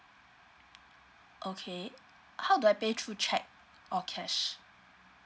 okay how do I pay through cheque or cash